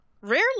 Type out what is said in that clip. rarely